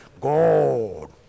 God